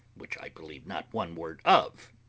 which i believe not one word of,